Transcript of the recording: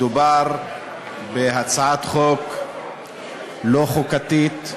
מדובר בהצעת חוק לא חוקתית,